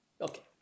Okay